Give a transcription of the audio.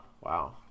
wow